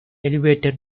elevator